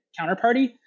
counterparty